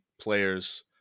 players